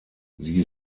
sie